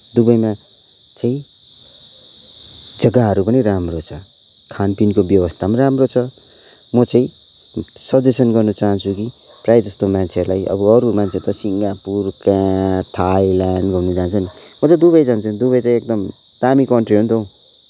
दुबईमा चाहिँ जग्गाहरू पनि राम्रो छ खान पिनको व्यवस्था पनि राम्रो छ म चाहिँ सजेसन् गर्न चाहान्छु कि प्राय जस्तो मान्छेहरूलाई अब अरू मान्छेहरू त सिङ्गापुर कहाँ थाइल्यान्ड घुम्न जान्छ नि म त दुबई जान्छु दुबई चाहिँ एकदम दाम्मी कन्ट्री हो नि त हौ